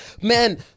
Man